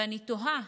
ואני תוהה,